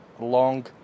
long